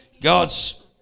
God's